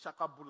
shakabula